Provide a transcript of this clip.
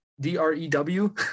D-R-E-W